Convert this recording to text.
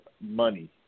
money